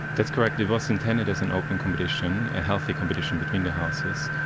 that's correct. it was intended as an open competition, a healthy competition between the houses,